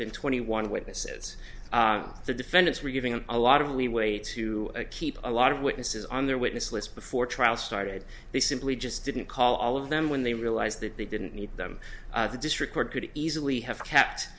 than twenty one witnesses the defendants were giving them a lot of leeway to keep a lot of witnesses on their witness list before trial started they simply just didn't call all of them when they realized that they didn't need them the district court could easily have kept